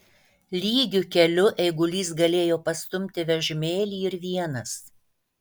lygiu keliu eigulys galėjo pastumti vežimėlį ir vienas